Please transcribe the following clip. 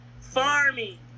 Farming